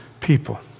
people